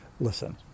listen